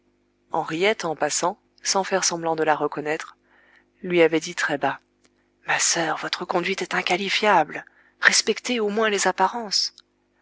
henriette en passant sans faire semblant de la reconnaître lui avait dit très bas ma sœur votre conduite est inqualifiable respectez au moins les apparences